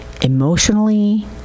emotionally